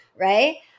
Right